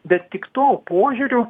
bet tik tuo požiūriu